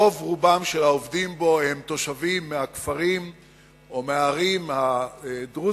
רוב רובם של העובדים בו הם תושבים מהכפרים או מהערים הדרוזיות,